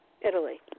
Italy